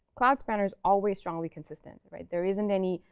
cloud spanner is always strongly consistent. there isn't any,